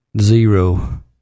zero